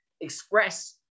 express